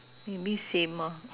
maybe same ah